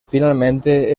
finalmente